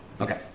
Okay